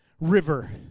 river